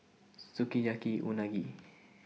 Sukiyaki Unagi